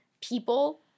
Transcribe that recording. people